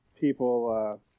people